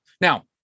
Now